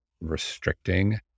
restricting